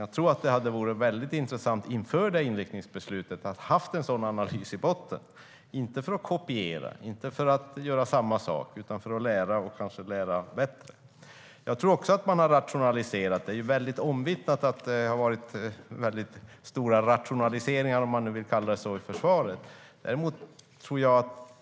Jag tror dock att det hade varit väldigt intressant att ha en sådan analys i botten inför inriktningsbeslutet, inte för att kopiera eller göra samma sak utan för att lära och kanske lära bättre. Jag tror också att man har rationaliserat. Det är väldigt omvittnat att det har varit stora rationaliseringar, om man nu vill kalla det så, inom försvaret.